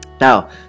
Now